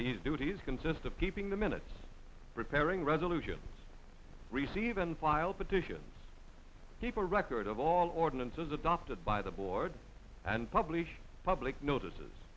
these duties consist of keeping the minutes preparing resolutions receive and file petitions keep a record of all ordinances adopted by the board and publish public notices